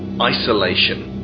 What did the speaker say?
Isolation